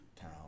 Town